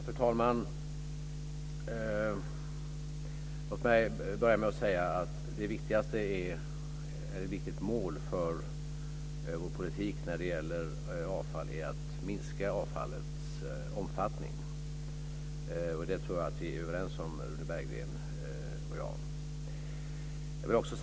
Fru talman! Ett viktigt mål för vår politik när det gäller avfall är att minska avfallets omfattning. Det tror jag att Rune Berglund och jag är överens om.